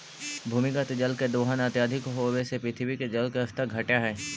भूमिगत जल के दोहन अत्यधिक होवऽ से पृथ्वी के जल स्तर घटऽ हई